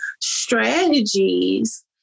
strategies